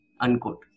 Unquote